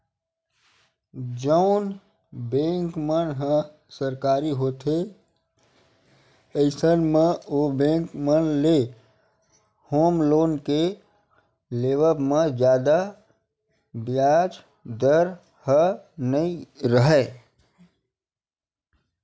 जउन बेंक मन ह सरकारी होथे अइसन म ओ बेंक मन ले होम लोन के लेवब म जादा बियाज दर ह नइ राहय